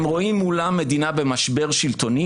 הם רואים מולם מדינה במשבר שלטוני,